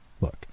Look